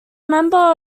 member